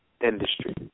industry